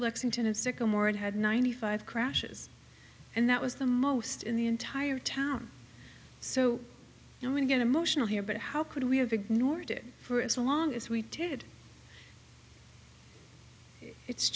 lexington and sycamore and had ninety five crashes and that was the most in the entire town so i'm going to get emotional here but how could we have ignored it for as long as we did it's